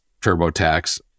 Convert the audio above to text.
TurboTax